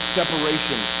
separation